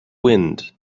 wind